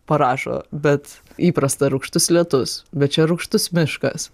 parašo bet įprasta rūgštus lietus bet čia rūgštus miškas